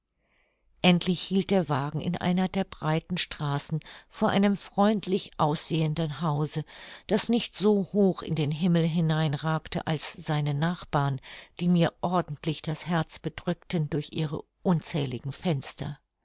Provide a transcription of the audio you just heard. endlich hielt der wagen in einer der breiten straßen vor einem freundlich aussehenden hause das nicht so hoch in den himmel hinein ragte als seine nachbarn die mir ordentlich das herz bedrückten durch ihre unzähligen fenster